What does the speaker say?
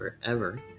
forever